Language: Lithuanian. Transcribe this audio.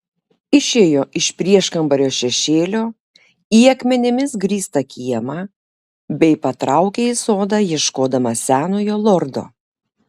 išėjo iš prieškambario šešėlio į akmenimis grįstą kiemą bei patraukė į sodą ieškodama senojo lordo